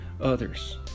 others